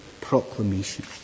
proclamation